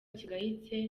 kigayitse